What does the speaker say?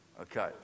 Okay